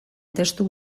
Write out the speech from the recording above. testu